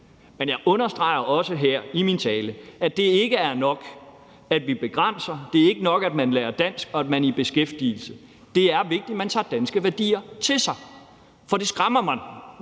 Men jeg understreger også her i min tale, at det ikke er nok, at vi begrænser; det er ikke nok, at man lærer dansk, og at man er i beskæftigelse. Det er vigtigt, at man tager danske værdier til sig. For det skræmmer mig